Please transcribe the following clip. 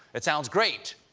it sounds great,